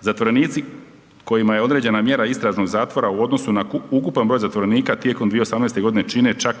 Zatvorenici kojima je određena mjera istražnog zatvora u odnosu na ukupan broj zatvorenika tijekom 2018. godine čine čak